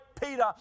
Peter